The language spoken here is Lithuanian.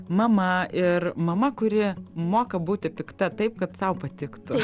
mama ir mama kuri moka būti pikta taip kad sau patiktų